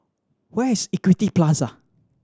where is Equity Plaza